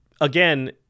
Again